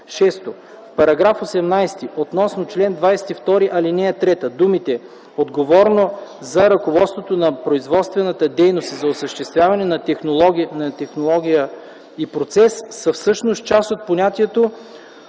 6. В § 18 относно чл. 22, ал. 3 думите „отговорно за ръководството на производствената дейност и за осъществяването на технологичния процес” са всъщност част от понятието